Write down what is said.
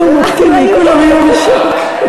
תני נאום אופטימי, כולם יהיו בשוק.